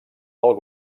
pel